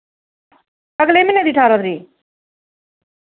अगले म्हीने दी ठारां तरीक